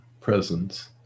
presence